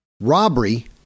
Robbery